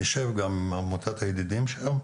אנחנו נשב גם עם עמותת הידידים שלו,